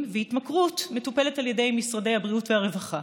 והתמכרות מטופלת על ידי משרדי הבריאות והרווחה.